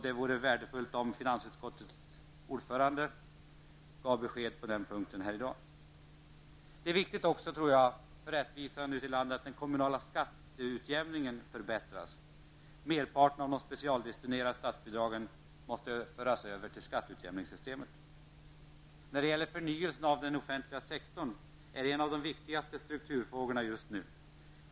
Det vore värdefullt om finansutkottets ordförande här i dag gav besked på den punkten. Jag tror också att det med tanke på rättvisan ute i landet är viktigt att den kommunala skatteutjämningen förbättras. Merparten av de specialdestinerade statsbidragen måste överföras till skatteutjämningssystemet. Förnyelsen av den offentliga sektorn är en av de viktigaste strukturfrågorna just nu.